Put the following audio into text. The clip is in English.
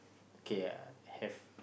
okay I have